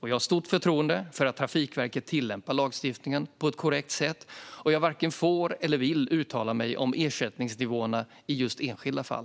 Jag har stort förtroende för att Trafikverket tillämpar lagstiftningen på ett korrekt sätt, och jag varken får eller vill uttala mig om ersättningsnivåerna i enskilda fall.